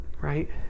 right